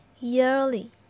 Yearly